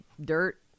dirt